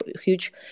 huge